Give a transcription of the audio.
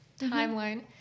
timeline